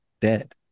dead